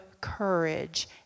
courage